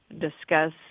discuss